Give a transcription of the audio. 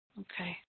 Okay